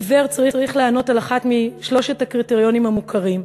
עיוור צריך לענות על אחד משלושת הקריטריונים המוכרים.